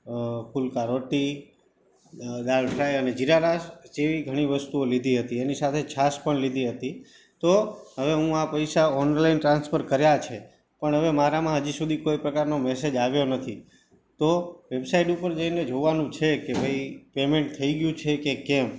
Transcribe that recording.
અ ફુલ્કા રોટી દાળ ફ્રાય અને જીરા રાઈસ જેવી ઘણી વસ્તુઓ લીધી હતી એની સાથે છાશ પણ લીધી હતી તો હવે હું આ પૈસા ઑનલાઈન ટ્રાન્સફર કર્યા છે પણ હવે મારામાં હજી સુધી કોઈ પ્રકારનો મૅસેજ આવ્યો નથી તો વૅબસાઈટ ઉપર જઈને જોવાનું છે કે ભઈ પેમેન્ટ થઈ ગયું છે કે કેમ